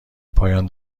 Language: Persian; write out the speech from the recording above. پایان